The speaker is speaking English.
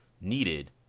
needed